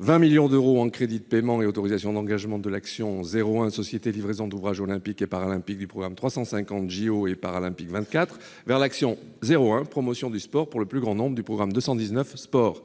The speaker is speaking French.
20 millions d'euros en crédits de paiement et en autorisations d'engagement de l'action n° 01, Société de livraison des ouvrages olympiques et paralympiques, du programme 350 « Jeux olympiques et paralympiques 2024 » vers l'action n° 01, Promotion du sport pour le plus grand nombre, du programme 219 « Sport ».